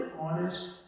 honest